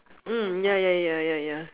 mm ya ya ya ya ya